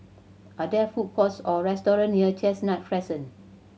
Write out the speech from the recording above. are there food courts or restaurant near Chestnut Crescent